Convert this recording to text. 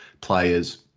players